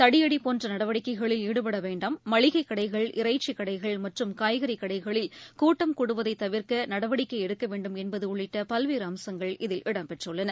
தடியடிபோன்றநடவடிக்கைகளில் ஈடுபடவேண்டாம் மளிகைக்கடைகள் இறைச்சிக்கடைகள் மற்றும் காய்கறிகடைகளில் கூட்டம் கூடுவதைதவிர்க்கநடவடிக்கைஎடுக்கவேண்டும் என்பதுஉள்ளிட்டபல்வேறுஅம்சங்கள் இதில் இடம்பெற்றுள்ளன